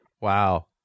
Wow